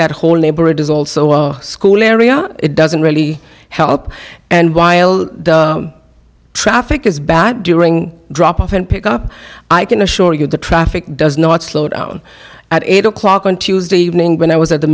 that whole neighborhood is also a school area it doesn't really help and while the traffic is bad during drop off and pick up i can assure you the traffic does not slow down at eight o'clock on tuesday evening when i was at the